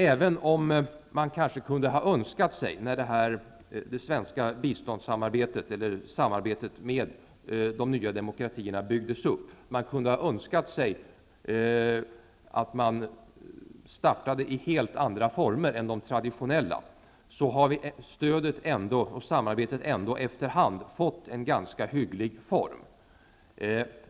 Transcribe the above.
Även om man när Sveriges samarbete med de nya demokratierna byggdes upp kunde ha önskat sig en start i helt andra former än de traditionella, har stödet och samarbetet efter hand fått en ganska hygglig form.